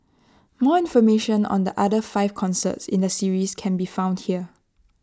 more information on the other five concerts in the series can be found here